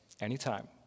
anytime